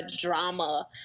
drama